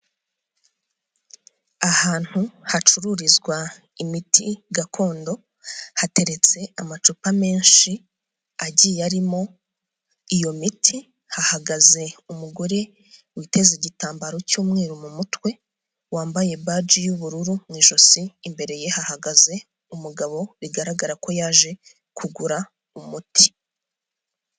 Ahantu hacururizwa imiti gakondo, hateretse amacupa menshi, agiye arimo iyo miti, hahagaze umugore witeze igitambaro cy'umweru mu mutwe wambaye baji y'ubururu mu ijosi, imbere ye hahagaze umugabo bigaragara ko yaje kugura umuti.